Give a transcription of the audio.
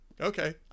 Okay